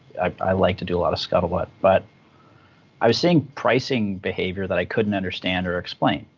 i i like to do a lot of scuttlebutt. but i was seeing pricing behavior that i couldn't understand or explain.